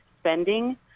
spending